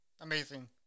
amazing